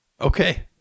okay